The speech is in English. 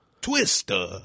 Twister